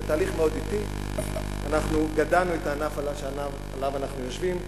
בתהליך מאוד אטי אנחנו גדענו את הענף שעליו אנחנו יושבים.